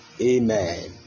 Amen